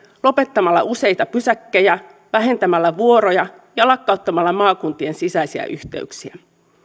lopettamalla useita pysäkkejä vähentämällä vuoroja ja lakkauttamalla maakuntien sisäisiä yhteyksiä